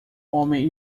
homem